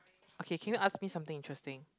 okay can you ask me something interesting